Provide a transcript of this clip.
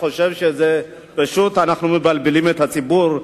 אנחנו פשוט מבלבלים את הציבור,